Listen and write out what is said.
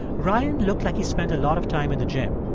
ryan looked like he spent a lot of time in the gym.